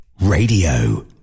Radio